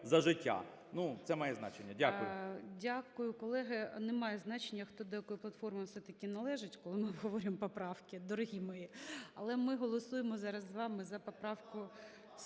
"За життя". Ну це має значення. Дякую. ГОЛОВУЮЧИЙ. Дякую, колеги. Не має значення, хто до якої платформи все-таки належить, коли ми обговорюємо поправки, дорогі мої. Але ми голосуємо зараз з вами за поправку